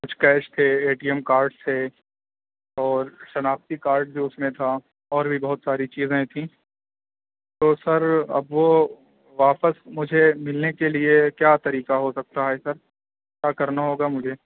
کچھ کیش تھے A T M card تھے اور شناختی کارڈ جو اُس میں تھا اور بھی بہت ساری چیزیں تھیں تو سر اب وہ واپس مجھے مِلنے کے لیے کیا طریقہ ہو سکتا ہے سر کیا کرنا ہوگا مجھے